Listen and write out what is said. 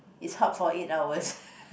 it's hot for eight hours